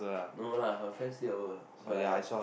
no lah her friends stay over so I